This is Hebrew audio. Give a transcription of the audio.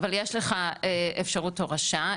אבל יש לך אפשרות הורשה,